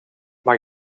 mag